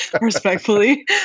Respectfully